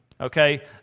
okay